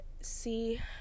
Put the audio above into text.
see